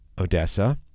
Odessa